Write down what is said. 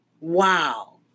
Wow